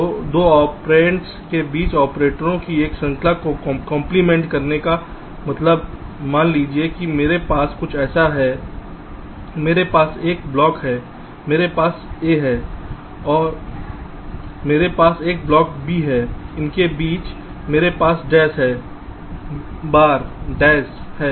तो दो ऑपरेंड्स के बीच ऑपरेटरों की एक श्रृंखला को कंप्लीमेंट करने का मतलब मान लीजिए कि मेरे पास कुछ ऐसा है मेरे पास एक ब्लॉक है मेरे पास a है मेरे पास एक ब्लॉक बी है इनके बीच मेरे पास डैश है बार डैश है